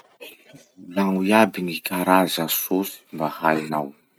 Volagno iaby gny karaza sôsy mba hainao.